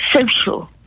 social